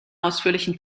ausführlichen